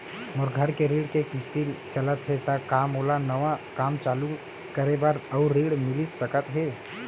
मोर घर के ऋण के किसती चलत हे ता का मोला नवा काम चालू करे बर अऊ ऋण मिलिस सकत हे?